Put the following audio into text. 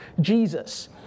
Jesus